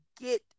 Get